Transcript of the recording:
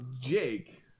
Jake